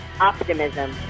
Optimism